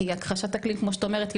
כי הכחשת אקלים כמו שאת אומרת,